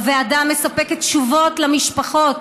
הוועדה מספקת תשובות למשפחות.